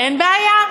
אין בעיה.